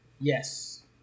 Yes